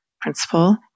principle